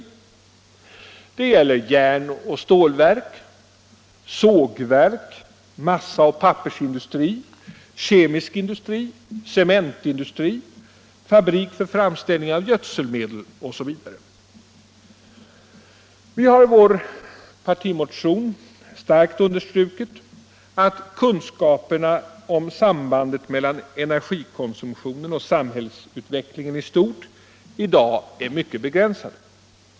Det gäller järnoch stålverk, sågverk, massaoch pappersindustri, kemisk industri, cementindustri, fabrik för framställning av gödselmedel, osv. Vi har i vår partimotion starkt understrukit att kunskaperna om sambandet mellan energikonsumtionen och samhällsutvecklingen i stort i dag är mycket begränsade.